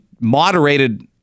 moderated